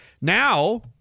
Now